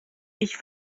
ich